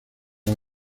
las